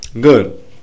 Good